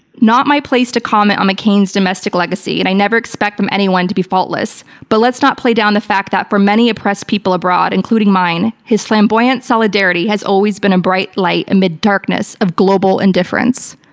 not my place to comment on mccain's domestic legacy, and i never expect anyone to be faultless, but let's not play down the fact that for many oppressed people abroad, including mine, his flamboyant solidarity has always been a bright light amid darkness of global indifference.